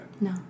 No